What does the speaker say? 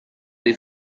they